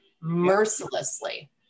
mercilessly